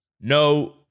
no